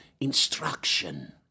instruction